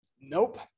Nope